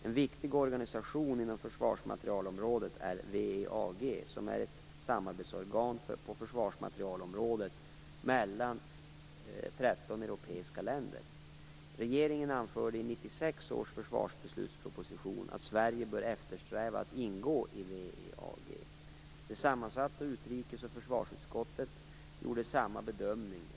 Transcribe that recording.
En viktig organisation inom försvarsmaterielområdet är WEAG, som är ett samarbetsorgan på försvarsmaterielområdet mellan 13 europeiska länder. Regeringen anförde i 1996 års försvarsbeslutsproposition att Sverige bör eftersträva att ingå i WEAG. Det sammansatta utrikes och försvarsutskottet gjorde samma bedömning.